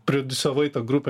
priodiusavai tą grupę